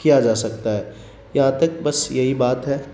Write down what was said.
کیا جا سکتا ہے یہاں تک بس یہی بات ہے